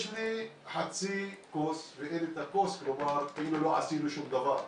יש לי חצי כוס ואין לי את הכוס וזה כאילו לא עשינו שום דבר.